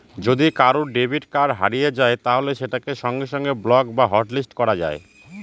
যদি কারুর debit card হারিয়ে যায় তাহলে সেটাকে সঙ্গে সঙ্গে ব্লক বা হটলিস্ট করা যায়